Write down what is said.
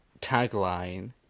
tagline